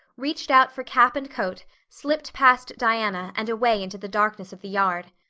reached out for cap and coat, slipped past diana and away into the darkness of the yard.